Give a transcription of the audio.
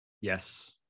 Yes